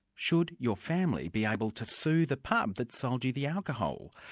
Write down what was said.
should your family be able to sue the pub that sold you the alcohol?